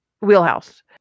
wheelhouse